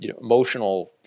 emotional